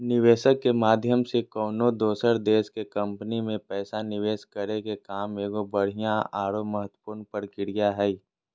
निवेशक के माध्यम से कउनो दोसर देश के कम्पनी मे पैसा निवेश करे के काम एगो बढ़िया आरो महत्वपूर्ण प्रक्रिया हय